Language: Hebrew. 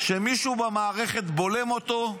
שמישהו במערכת בולם אותו,